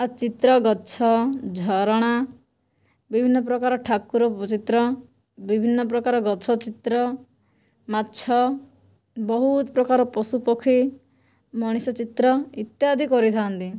ଆଉ ଚିତ୍ର ଗଛ ଝରଣା ବିଭିନ୍ନ ପ୍ରକାର ଠାକୁର ଚିତ୍ର ବିଭିନ୍ନ ପ୍ରକାର ଗଛ ଚିତ୍ର ମାଛ ବହୁତ ପ୍ରକାର ପଶୁପକ୍ଷୀ ମଣିଷ ଚିତ୍ର ଇତ୍ୟାଦି କରିଥାନ୍ତି